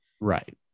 right